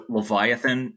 Leviathan